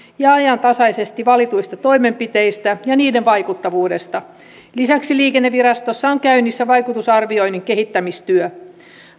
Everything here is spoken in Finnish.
ja ajantasaisesti valituista toimenpiteistä ja niiden vaikuttavuudesta lisäksi liikennevirastossa on käynnissä vaikutusarvioinnin kehittämistyö